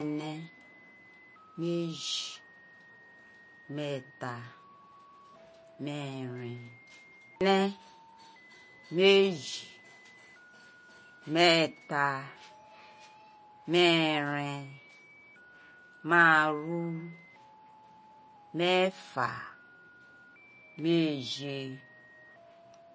Me̱ne̱, meji, meeta, meeren mene, meji meeta maaru, meefa, meeje,